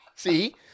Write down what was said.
See